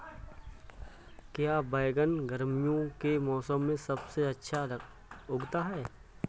क्या बैगन गर्मियों के मौसम में सबसे अच्छा उगता है?